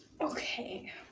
Okay